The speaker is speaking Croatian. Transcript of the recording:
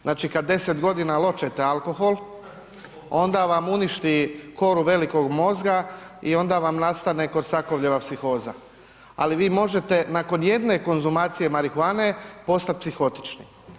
Znači kad 10 godina ločete alkohol onda vam uništi koru velikog mozga i onda vam nastane Korsakovljeva psihoza, ali vi možete nakon jedne konzumacije marihuane postat psihotični.